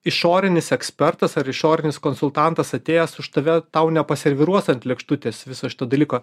išorinis ekspertas ar išorinis konsultantas atėjęs už tave tau nepaserviruos ant lėkštutės viso šito dalyko